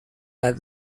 not